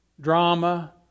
drama